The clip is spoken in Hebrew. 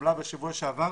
שהתקבלה בשבוע שעבר,